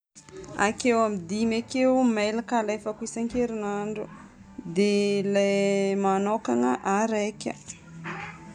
Akeo amin'ny dimy akeo mailaka alefako isan-kerinandro. Dia ilay manokagna araika.